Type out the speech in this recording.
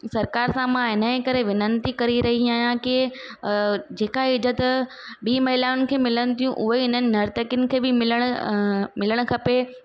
सरकार सां मां इनजे करे वेनती करे रही आहियां की अ जेका इज़त ॿी महिलाउनि खे मिलनि थियूं उहे इन्हनि नर्तकिनि खे बि मिलणु मिलणु खपे